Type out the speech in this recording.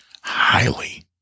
highly